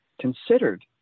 considered